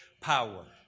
power